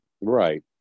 Right